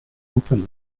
openly